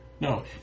No